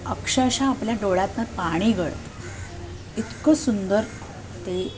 अक्षरशः आपल्या डोळ्यातून पाणी गळतं इतकं सुंदर ते